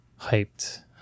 hyped